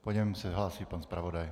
Po něm se hlásí pan zpravodaj.